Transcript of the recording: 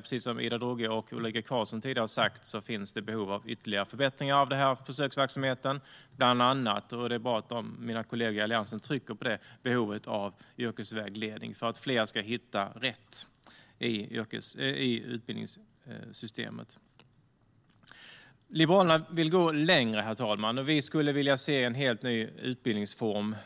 Precis som Ida Drougge och Ulrika Carlsson tidigare har sagt finns det behov av ytterligare förbättringar av bland annat den här försöksverksamheten, och det är bra att mina kollegor i Alliansen trycker på behovet av yrkesvägledning för att fler ska hitta rätt i utbildningssystemet. Liberalerna vill gå längre, herr talman. Vi skulle vilja se en helt ny utbildningsform,